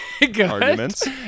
arguments